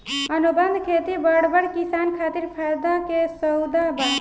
अनुबंध खेती बड़ बड़ किसान खातिर फायदा के सउदा बा